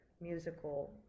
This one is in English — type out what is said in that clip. musical